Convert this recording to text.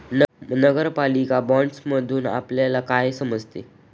नगरपालिका बाँडसमधुन आपल्याला काय समजते?